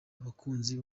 abakunzi